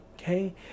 Okay